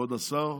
כבוד השר,